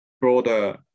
broader